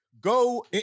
go